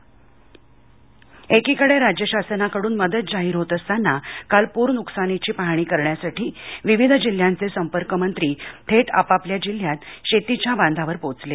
पीक नुकसान इंट्रो एकीकडे राज्यशासनाकडून मदत जाहीर होत असताना काल पूर नुकसानीची पाहाणी करण्यासाठी विविध जिल्ह्यांचे संपर्कमंत्री थेट आपापल्या जिल्ह्यात शेतीच्या बांधावर पोहोचले